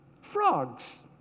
Frogs